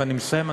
ואני מסיים,